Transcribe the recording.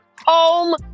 Home